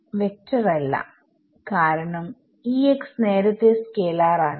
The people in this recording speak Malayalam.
വെക്ടർ അല്ല കാരണം നേരത്തെ സ്കേലാർ ആണ്